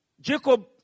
Jacob